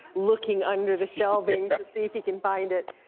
looking under the shelving, to see if he can find it,